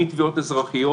מתביעות אזרחיות,